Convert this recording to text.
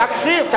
תקשיב.